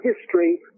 history